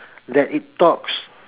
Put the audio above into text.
that it talks